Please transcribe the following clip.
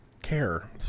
care